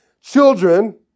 Children